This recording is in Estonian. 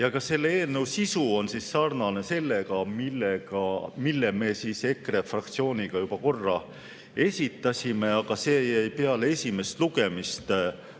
Ka selle eelnõu sisu on sarnane sellega, mille me EKRE fraktsiooniga juba korra esitasime, aga see jäi peale esimest lugemist või